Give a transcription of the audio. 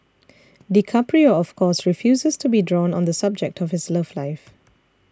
DiCaprio of course refuses to be drawn on the subject of his love life